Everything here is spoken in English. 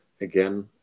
again